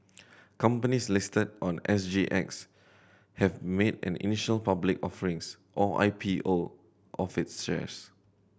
companies listed on S G X have made an initial public offerings or I P O of its shares